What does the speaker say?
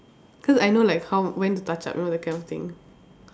cause I know like how when to touch up you know that kind of thing